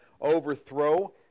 overthrow